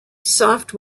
soft